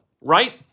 right